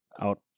out